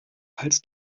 als